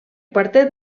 quartet